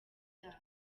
rwanda